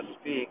speak